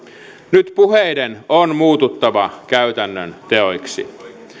nyt puheiden on muututtava käytännön teoiksi